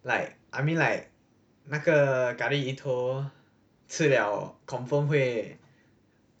like I mean like 那个 curry 鱼头吃了 confirm 会